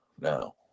now